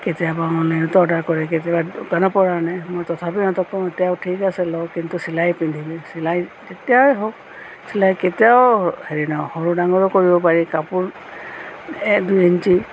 কেতিয়াবা মানে সিহঁতে অৰ্ডাৰ কৰে কেতিয়াবা দোকানৰ পৰা আনে মই তথাপিও সিহঁতক কওঁ দে ঠিক আছে ল' কিন্তু চিলাই পিন্ধিবি চিলাই তেতিয়াই হওক চিলাই কেতিয়াও হেৰি নহয় সৰু ডাঙৰো কৰিব পাৰি কাপোৰ দুই ইঞ্চি